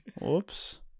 Whoops